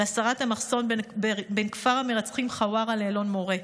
הסרת המחסום בין כפר המרצחים חווארה לאלון מורה.